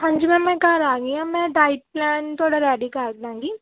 ਹਾਂਜੀ ਮੈਮ ਮੈਂ ਘਰ ਆ ਗਈ ਹਾਂ ਮੈਂ ਡਾਇਟ ਪਲਾਨ ਤੁਹਾਡਾ ਰੈਡੀ ਕਰ ਦਿਆਂਗੀ